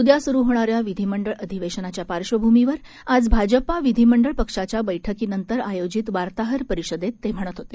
उद्या सुरू होणाऱ्या विधिमंडळ अधिवेशनाच्या पार्श्वभूमीवर आज भाजपा विधिमंडळ पक्षाच्या बैठकीनंतर आयोजित वार्ताहर परिषदेत ते बोलत होते